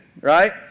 right